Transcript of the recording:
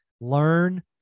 learn